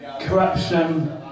corruption